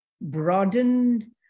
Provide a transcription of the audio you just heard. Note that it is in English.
broaden